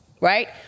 right